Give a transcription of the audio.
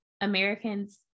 Americans